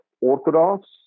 orthodox